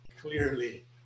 clearly